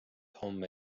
homme